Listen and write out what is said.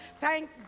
Thank